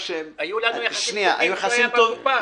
היו לנו יחסים טובים כשהוא היה בקופה.